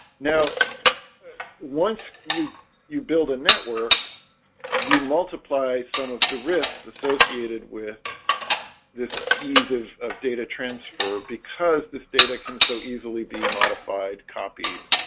now once you you build a network you multiply some of the risks associated with this eases of data transfer because this data can so easily be modified copied